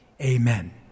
Amen